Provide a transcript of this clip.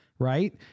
Right